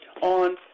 on